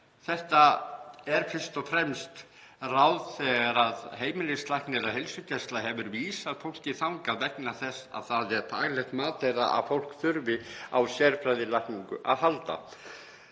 Þetta er fyrst og fremst ráð þegar heimilislæknir eða heilsugæsla hefur vísað fólki þangað vegna þess að það er faglegt mat þeirra að fólk þurfi á sérfræðilækningu að halda.